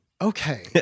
Okay